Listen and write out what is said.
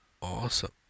Awesome